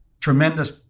tremendous